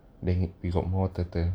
then we got more turtle